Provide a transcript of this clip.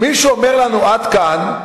מי שאומר לנו: עד כאן,